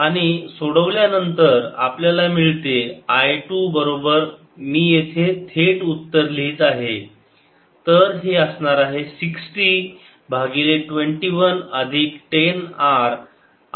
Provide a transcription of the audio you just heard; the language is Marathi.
10×3I13RI203×10I13I220 V आणि सोडवल्यानंतर आपल्याला मिळते I टू बरोबर मी येथे थेट उत्तर लिहित आहे तर हे असणार आहे 60 भागिले 21 अधिक 10 R